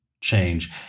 change